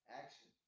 action